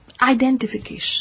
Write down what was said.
Identification